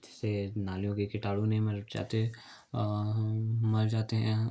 जिससे नालियों के किटाणु नहीं मर जाते मर जाते हैं